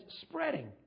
spreading